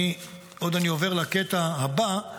בעוד אני עובר לקטע הבא,